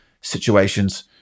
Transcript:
situations